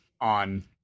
on